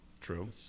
True